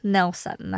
Nelson